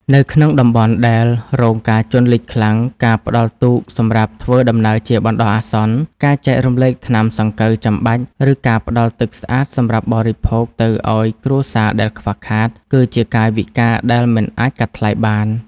នៅក្នុងតំបន់ដែលរងការជន់លិចខ្លាំង ការផ្ដល់ទូកសម្រាប់ធ្វើដំណើរជាបណ្ដោះអាសន្ន ការចែករំលែកថ្នាំសង្កូវចាំបាច់ ឬការផ្ដល់ទឹកស្អាតសម្រាប់បរិភោគទៅឱ្យគ្រួសារដែលខ្វះខាត គឺជាកាយវិការដែលមិនអាចកាត់ថ្លៃបាន។